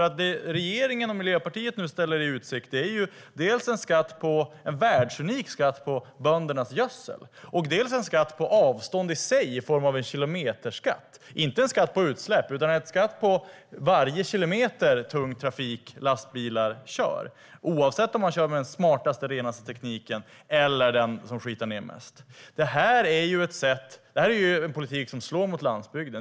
Det som regeringen och Miljöpartiet nu ställer i utsikt är dels en världsunik skatt på böndernas gödsel, dels en skatt på avstånd i sig, i form av en kilometerskatt. Det är inte en skatt på utsläpp utan skatt på varje kilometer tung trafik - lastbilar - kör, oavsett om de kör med den smartaste, renaste tekniken eller den som skitar ned mest. Det är en politik som slår mot landsbygden.